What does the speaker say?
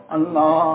Allah